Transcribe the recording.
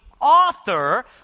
author